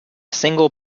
single